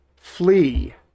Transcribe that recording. Flee